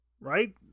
right